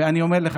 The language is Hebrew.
ואני אומר לך,